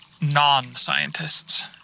non-scientists